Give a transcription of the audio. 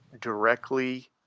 directly